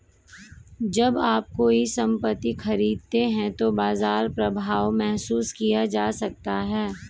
जब आप कोई संपत्ति खरीदते हैं तो बाजार प्रभाव महसूस किया जा सकता है